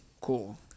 cool